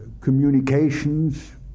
Communications